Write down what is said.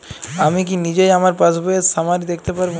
আমি কি নিজেই আমার পাসবইয়ের সামারি দেখতে পারব?